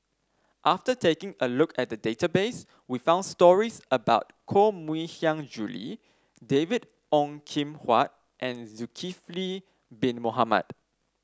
after taking a look at the database we found stories about Koh Mui Hiang Julie David Ong Kim Huat and Zulkifli Bin Mohamed